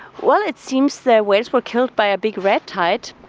well, it seems the whales were killed by a big red tide.